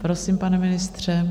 Prosím, pane ministře.